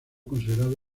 considerado